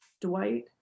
Dwight